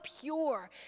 pure